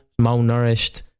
malnourished